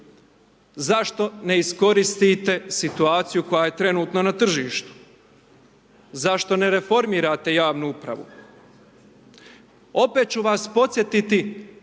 zašto ne iskoristite situaciju koja je trenutno na tržištu, zašto ne reformirate javnu upravu? Opet ću vas podsjetiti